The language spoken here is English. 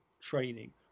training